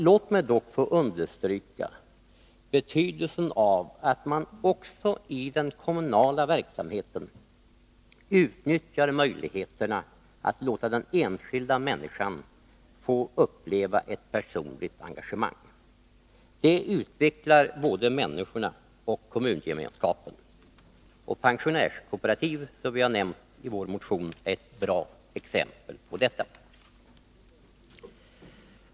Låt mig dock få understryka betydelsen av att man också i den kommunala verksamheten utnyttjar möjligheterna att låta den enskilda människan få uppleva ett personligt engagemang. Det utvecklar både människorna och kommungemenskapen. Pensionärskooperativ, som vi har skrivit om i vår motion, är ett bra exempel på detta.